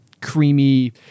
creamy